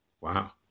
Wow